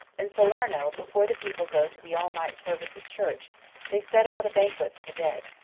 in salerno before the people go to the all-night service at church they set out a banquet for the dead.